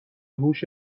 هوش